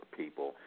people